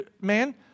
man